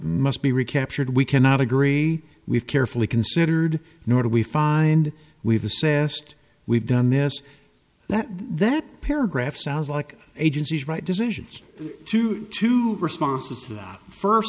must be recaptured we cannot agree we've carefully considered nor do we find we've assessed we've done this that that paragraph sounds like agencies right decisions to two responses to that first